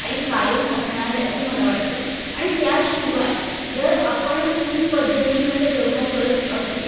आणि कायम असणार आहे असं मला वाटतं आणि त्याशिवाय जर आपण खूप पद्धतीनं जर व्यवहार करत असू